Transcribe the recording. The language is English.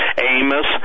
Amos